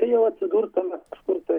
tai jau atsidurtume kažkur tai